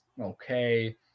Okay